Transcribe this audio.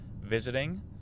visiting